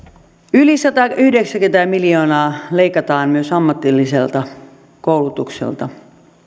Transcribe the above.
yli satayhdeksänkymmentä miljoonaa leikataan myös ammatilliselta koulutukselta